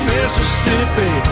Mississippi